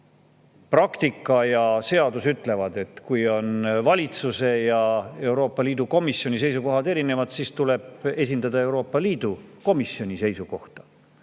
praktika ja seadus ütlevad: kui valitsuse ja Euroopa Liidu asjade komisjoni seisukohad erinevad, siis tuleb esindada Euroopa Liidu asjade komisjoni seisukohta.